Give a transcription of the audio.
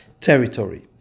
territory